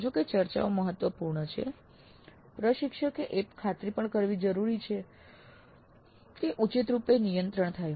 જો કે ચર્ચાઓ મહત્વપૂર્ણ છે પ્રશિક્ષક એ ખાતરી કરવી પણ જરૂરી છે કે ઉચિત રૂપે નિયંત્રણ થાય